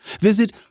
visit